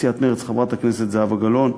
סיעת מרצ, חברת הכנסת זהבה גלאון,